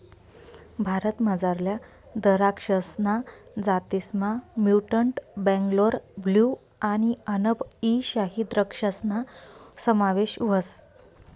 भारतमझारल्या दराक्षसना जातीसमा म्युटंट बेंगलोर ब्लू आणि अनब ई शाही द्रक्षासना समावेश व्हस